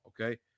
okay